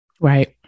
Right